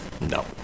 no